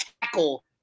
tackle